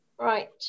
Right